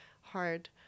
hard